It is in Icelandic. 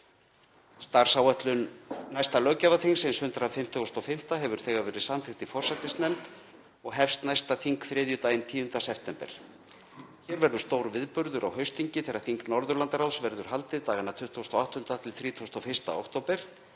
Starfsáætlun næsta löggjafarþings, hins 155., hefur þegar verið samþykkt í forsætisnefnd og hefst næsta þing þriðjudaginn 10. september. Hér verður stór viðburður á haustþingi þegar þing Norðurlandaráðs verður haldið dagana 28.–31. október.